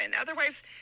Otherwise